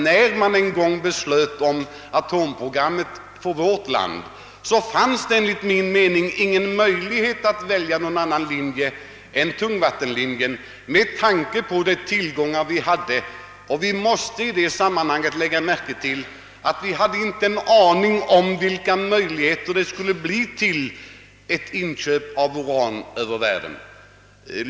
När en gång atomprogrammet för vårt land beslöts fanns det enligt min mening ingen möjlighet att välja någon annan linje än tungvattenlinjen med hänsyn till de tillgångar vi hade. Vi visste då ingenting om möjligheterna att köpa uran från andra länder.